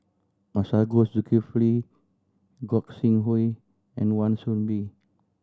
Masagos Zulkifli Gog Sing Hooi and Wan Soon Bee